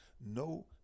no